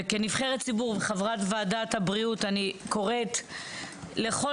וכנבחרת ציבור וחברת וועדת הבריאות אני קוראת לכל